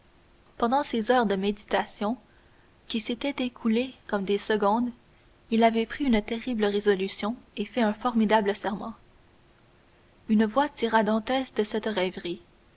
pendant ces heures de méditation qui s'étaient écoulées comme des secondes il avait pris une terrible résolution et fait un formidable serment une voix tira dantès de cette rêverie